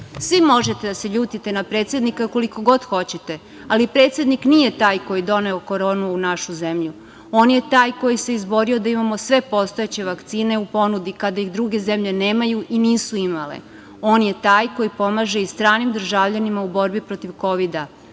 možete da se ljutite na predsednika koliko god hoćete, ali predsednik nije taj koji je doneo koronu u našu zemlju. On je taj koji se izborio da imamo sve postojeće vakcine u ponudi kada ih druge zemlje nemaju i nisu imale. On je taj koji pomaže i stranim državljanima u borbi protiv Kovida,